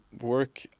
work